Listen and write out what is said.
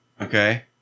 Okay